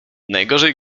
najgorzej